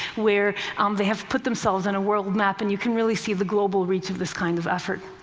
where um they have put themselves on a world map, and you can really see the global reach of this kind of effort.